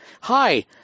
hi